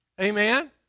Amen